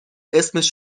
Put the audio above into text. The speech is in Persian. اسمش